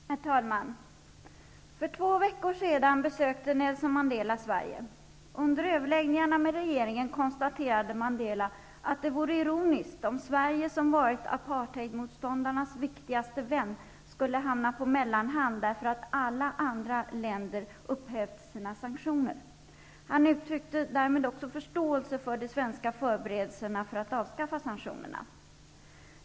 Herr talman! För två veckor sedan besökte Nelson Mandela Sverige. Under överläggningarna med regeringen konstaterade Mandela att det vore ironiskt om Sverige, som varit apartheidmotståndarnas viktigaste vän, skulle hamna på mellanhand därför att alla andra länder upphävt sina sanktioner. Han uttryckte därmed också förståelse för de svenska förberedelserna för att avskaffa sanktionerna.